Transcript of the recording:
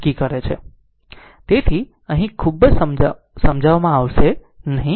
તેથી અહીં ખૂબ સમજાવશે નહીં